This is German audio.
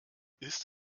ist